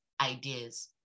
ideas